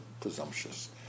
presumptuous